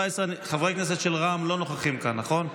חברי הכנסת של רע"מ לא נוכחים כאן, נכון?